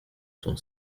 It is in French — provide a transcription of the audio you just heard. son